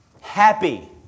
Happy